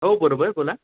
हो बरोबर बोला